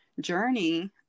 journey